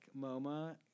MoMA